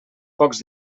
pocs